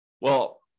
well-